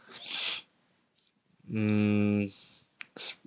hmm